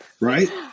Right